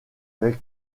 avec